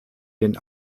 den